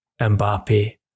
Mbappe